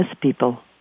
people